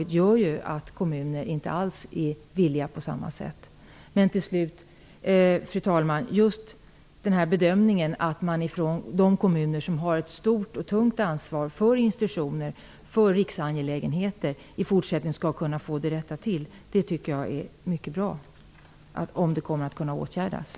Det gör ju att kommunerna inte alls är villiga att ge det på samma sätt som annars. Fru talman! Jag tycker att det är mycket bra att man har gjort bedömningen att det behövs åtgärder för att rätta till problemen för de kommuner som har ett stort och tungt ansvar för institutioner och riksangelägenheter.